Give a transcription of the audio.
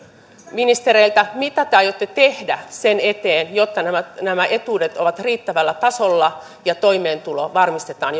ministereiltä mitä te aiotte tehdä sen eteen että nämä etuudet ovat riittävällä tasolla ja toimeentulo varmistetaan